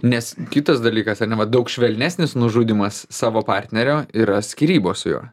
nes kitas dalykas ar ne va daug švelnesnis nužudymas savo partnerio yra skyrybos su juo